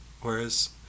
whereas